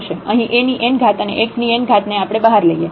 અહીં a ની n ઘાત અને x ની n ઘાત ને આપણે બહાર લઈએ